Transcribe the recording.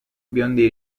biondi